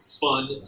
fun